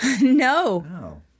No